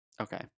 Okay